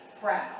proud